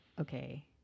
okay